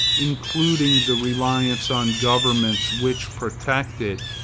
including the reliance on governments which protect it,